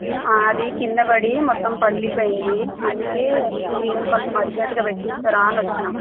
అది కింద పడి మొత్తం పగిలిపోయింది అందుకే స్క్రీన్ కొంచెం అర్జెంటుగా పెట్టిస్తరా అని వచ్చినా